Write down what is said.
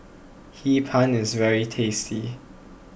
Hee Pan is very tasty